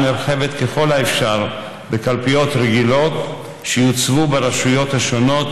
נרחבת ככל האפשר בקלפיות רגילות שיוצבו ברשויות השונות,